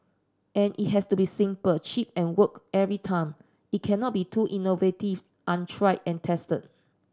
an it has to be simple cheap and work every time it cannot be too innovative untried and tested